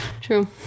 True